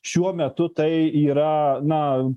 šiuo metu tai yra na